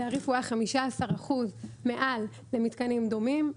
התעריף היה 15% מעל למתקנים דומים,